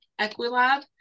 equilab